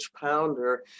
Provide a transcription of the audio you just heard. Pounder